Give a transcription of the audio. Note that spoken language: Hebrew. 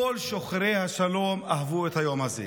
כל שוחרי השלום אהבו את היום הזה,